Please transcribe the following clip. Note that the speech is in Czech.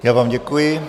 Já vám děkuji.